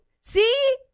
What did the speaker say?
See